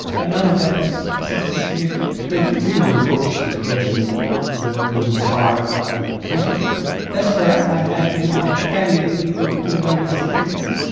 but none of that was statistically significant. now you've taken an approach to depression that was inspired by cancer treatment? that's correct, i had in my family people undergoing cancer treatment,